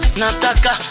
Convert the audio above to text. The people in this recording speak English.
nataka